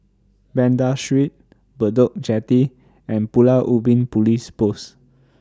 Banda Street Bedok Jetty and Pulau Ubin Police Post